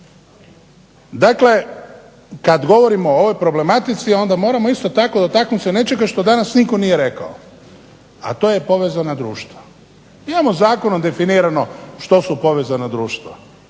Dakle, kad govorimo o ovoj problematici onda moramo isto tako dotaknut se nečega što danas nitko nije rekao, a to je povezano društvo. Imamo zakonom definirano što su povezana društva.